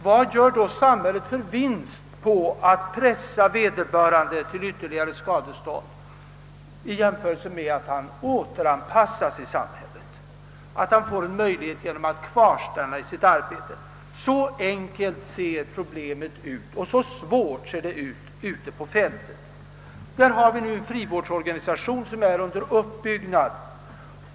Vad gör då samhället för vinst på att pressa vederbörande till att betala ytterligare skadestånd, om man jämför det med vinsten för samhället av att han återanpassas i samhället, att han får möjlighet därtill genom att stanna kvar i sitt arbete? Så enkelt är problemet nu, och så svårt framstår det ute på fältet. Vi har nu en frivårdsorganisation som är under uppbyggnad.